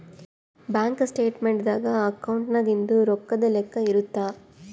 bank statement ದಾಗ ಅಕೌಂಟ್ನಾಗಿಂದು ರೊಕ್ಕದ್ ಲೆಕ್ಕ ಇರುತ್ತ